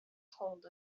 told